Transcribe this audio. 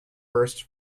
burst